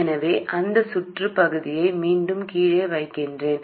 எனவே அந்த சுற்றுப் பகுதியை மீண்டும் கீழே வைக்கிறேன்